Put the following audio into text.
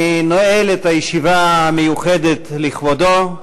אני נועל את הישיבה המיוחדת לכבודו.